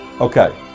Okay